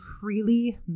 freely